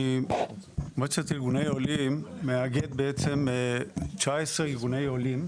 מועצת ארגוני עולים מאגדת 19 ארגוני עולים,